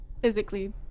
physically